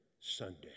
Sunday